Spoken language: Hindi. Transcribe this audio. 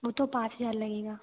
वो तो पाँच हजार लगेगा